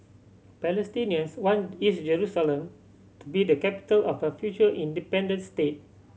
palestinians want East Jerusalem to be the capital of a future independent state